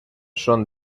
són